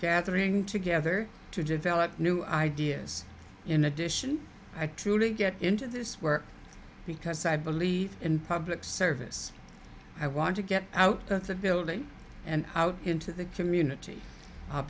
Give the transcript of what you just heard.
gathering together to develop new ideas in addition i truly get into this work because i believe in public service i want to get out of the building and out into the community